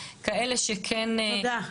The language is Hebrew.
כאלה שכן --- תודה.